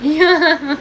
ya